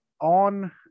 on